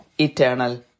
eternal